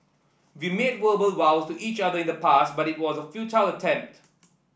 we made verbal vows to each other in the past but it was a futile attempt